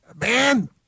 Man